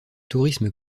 tourisme